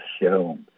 show